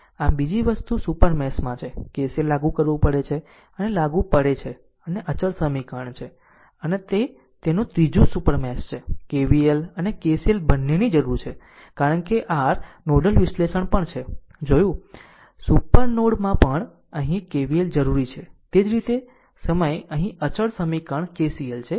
આમ બીજી વસ્તુ સુપર મેશ માં છે KCL લાગુ કરવું પડે છે અને તે લાગુ પડે છે અને આ અચળ સમીકરણ છે તે અને ત્રીજું સુપર મેશ છે KVL અને KCL બંનેની જરૂર છે કારણ કે r નોડલ વિશ્લેષણ પણ છે જોયું સુપર નોડ માં પણ અહીં KVL જરૂરી છે તે જ સમયે અહીં અચળ સમીકરણ KCL છે તે આવશ્યક છે